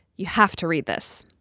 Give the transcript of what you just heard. you have to read this.